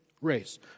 race